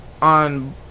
On